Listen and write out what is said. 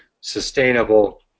sustainable